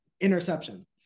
Interception